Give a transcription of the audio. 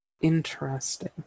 interesting